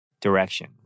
direction